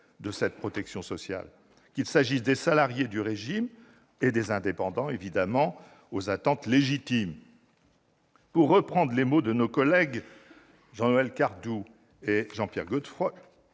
de cette protection sociale, qu'il s'agisse des salariés du régime ou des indépendants, aux attentes légitimes. Pour reprendre les mots de nos collègues Jean-Noël Cardoux et Jean-Pierre Godefroy,